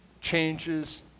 changes